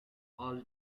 all